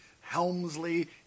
Helmsley